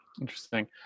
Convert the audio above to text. Interesting